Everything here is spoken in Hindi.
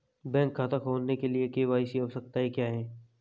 बैंक खाता खोलने के लिए के.वाई.सी आवश्यकताएं क्या हैं?